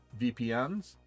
VPNs